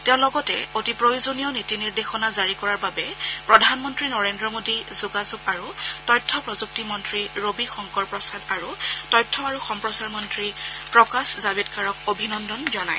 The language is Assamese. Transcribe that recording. তেওঁ লগতে অতি প্ৰয়োজনীয় এই নীতি নিৰ্দেশনা জাৰি কৰাৰ বাবে প্ৰধানমন্ত্ৰী নৰেদ্ৰ মোদী যোগাযোগ আৰু তথ্য প্ৰযুক্তি মন্ত্ৰী ৰবি শংকৰ প্ৰসাদ আৰু তথ্য আৰু সম্প্ৰচাৰ মন্ত্ৰী প্ৰকাশ জাৱডেকাৰক অভিনন্দন জনায়